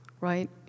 right